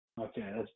Okay